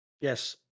Yes